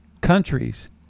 countries